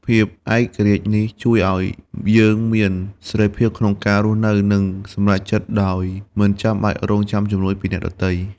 ភាពឯករាជ្យនេះ ជួយឲ្យយើងមានសេរីភាពក្នុងការរស់នៅ និងសម្រេចចិត្តដោយមិនចាំបាច់រង់ចាំជំនួយពីអ្នកដទៃ។